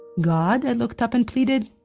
god, i looked up and pleaded,